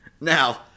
Now